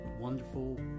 wonderful